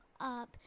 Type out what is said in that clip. up